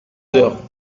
heures